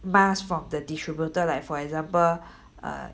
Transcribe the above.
mask from the distributor like for example err